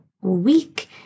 week